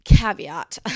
caveat